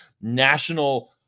national